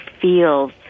feels